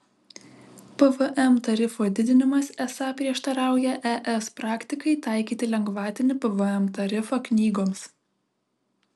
pvm tarifo didinimas esą prieštarauja es praktikai taikyti lengvatinį pvm tarifą knygoms